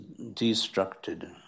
destructed